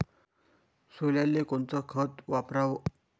सोल्याले कोनचं खत वापराव?